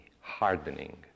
hardening